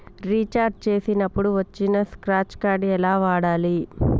Recharge చేసినప్పుడు వచ్చిన scratch card ఎలా వాడాలి?